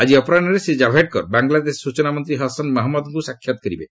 ଆଜି ଅପରାହୁରେ ଶ୍ରୀ ଜାଭେଡକର ବାଂଲାଦେଶ ସୂଚନା ମନ୍ତ୍ରୀ ହସନ୍ ମହମ୍ମଦଙ୍କୁ ସାକ୍ଷାତ୍ କରିବେ